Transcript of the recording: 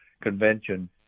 Convention